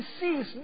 sees